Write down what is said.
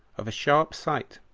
of a sharp sight,